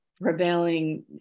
prevailing